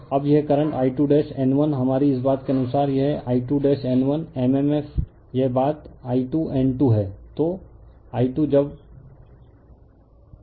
अब यह current I2N1 हमारी इस बात के अनुसार यह I2N1 mmf यह बात I2N2 है